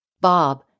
Bob